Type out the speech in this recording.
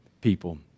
people